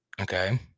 okay